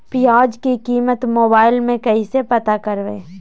प्याज की कीमत मोबाइल में कैसे पता करबै?